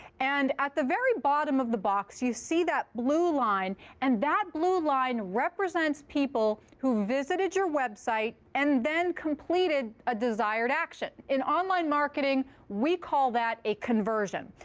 and at the very bottom of the box, you see that blue line. and that blue line represents people who visited your website and then completed a desired action. in online marketing, we call that a conversion.